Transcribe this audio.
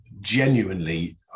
genuinely